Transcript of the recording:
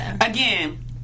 again